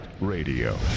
radio